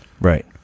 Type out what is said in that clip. Right